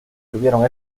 tuvieron